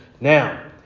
now